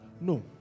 No